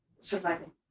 surviving